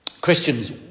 Christians